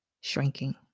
shrinking